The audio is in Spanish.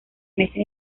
meses